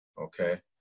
okay